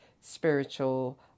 spiritual